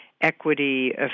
equity